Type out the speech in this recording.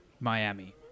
Miami